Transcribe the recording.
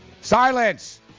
Silence